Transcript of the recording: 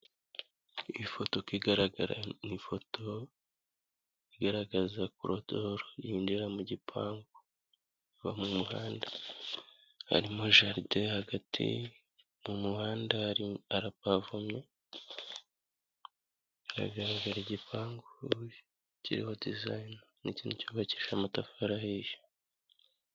Ifoto igaragara ni ifoto igaragaza korodoro yinjira mu gipangu, mu muhanda harimo jaride hagati mu muhanda harapavomye hagaragara igipangu kiriho designe n'ikindi cyubakije amatafari ahiye.